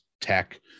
tech